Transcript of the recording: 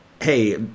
hey